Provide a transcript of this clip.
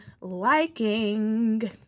liking